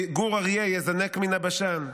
"גור אריה יזנק מן הבשן".